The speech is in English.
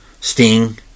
Sting